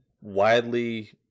widely